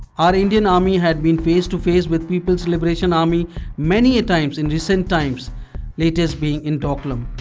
our indian army had been face to face with peoples liberation army many a times in recent times latest being in dokhlam.